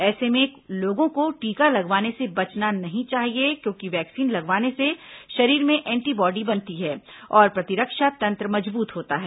ऐसे में लोगों को टीका लगवाने से बचना नहीं चाहिए क्योंकि वैक्सीन लगवाने से शरीर में एंटीबॉडी बनती है और प्रतिरक्षा तंत्र मजबूत होता है